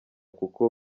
kuko